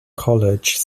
college